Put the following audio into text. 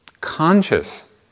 conscious